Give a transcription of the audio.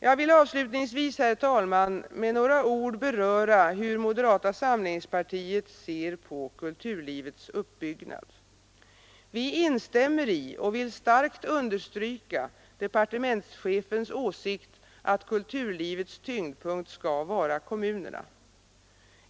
Jag vill avslutningsvis, herr talman, med några ord beröra hur moderata samlingspartiet ser på kulturlivets uppbyggnad. Vi instämmer i och vill starkt understryka departementschefens åsikt att kulturlivets tyngdpunkt skall vara kommunerna.